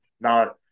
No